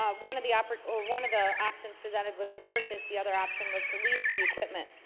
um one of the opera or one of the options presented was to purchase the other option was to lease the equipment